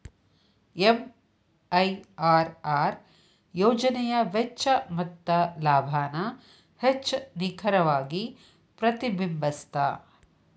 MIRR ಯೋಜನೆಯ ವೆಚ್ಚ ಮತ್ತ ಲಾಭಾನ ಹೆಚ್ಚ್ ನಿಖರವಾಗಿ ಪ್ರತಿಬಿಂಬಸ್ತ